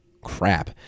crap